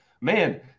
man